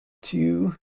two